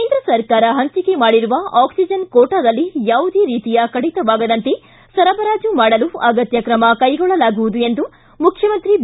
ಕೇಂದ್ರ ಸರ್ಕಾರ ಪಂಚಿಕೆ ಮಾಡಿರುವ ಆಕ್ಲಿಜನ್ ಕೋಟಾದಲ್ಲಿ ಯಾವುದೇ ರೀತಿಯ ಕಡಿತವಾಗದಂತೆ ಸರಬರಾಜು ಮಾಡಲು ಅಗತ್ತ್ ಕ್ರಮ ಕೈಗೊಳ್ಳಲಾಗುವುದು ಎಂದು ಮುಖ್ಚಮಂತ್ರಿ ಬಿ